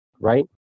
Right